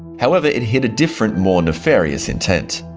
however, it hid a different, more nefarious intent.